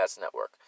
Network